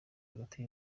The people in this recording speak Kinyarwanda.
hagati